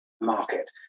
market